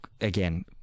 Again